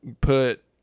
put